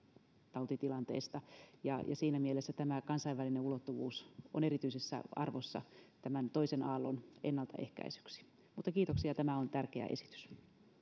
tautitilanteesta ja siinä mielessä tämä kansainvälinen ulottuvuus on erityisessä arvossa tämän toisen aallon ennaltaehkäisyksi mutta kiitoksia tämä on tärkeä esitys